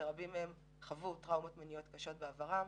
ורבים מהם חוו טראומות מיניות קשות בעברם,